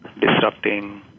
disrupting